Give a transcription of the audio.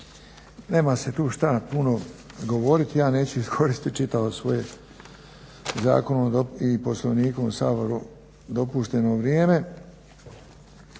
Nema se tu što puno govoriti, ja neću iskoristiti čitavo svoje zakonom i Poslovnikom u Saboru dopušteno vrijeme.